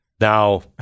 Now